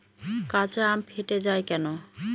কাঁচা আম ফেটে য়ায় কেন?